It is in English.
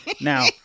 Now